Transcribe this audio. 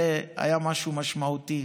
זה היה משהו משמעותי.